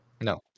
No